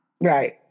Right